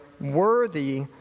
worthy